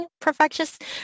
perfectionist